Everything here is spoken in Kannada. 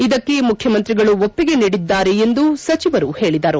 ಇದಕ್ಕೆ ಮುಖ್ಯಮಂತ್ರಿಗಳು ಒಪ್ಪಿಗೆ ನೀಡಿದ್ದಾರೆ ಎಂದೂ ಸಚಿವರು ಹೇಳಿದರು